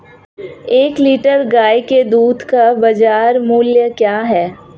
एक लीटर गाय के दूध का बाज़ार मूल्य क्या है?